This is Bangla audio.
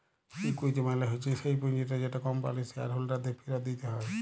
ইকুইটি মালে হচ্যে স্যেই পুঁজিট যেট কম্পানির শেয়ার হোল্ডারদের ফিরত দিতে হ্যয়